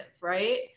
right